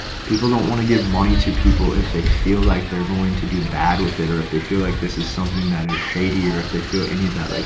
people don't want to give money to people, if they feel like they're going to do bad with it, or if they feel like this is something that is shady or if they feel any of that, like,